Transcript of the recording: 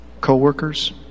co-workers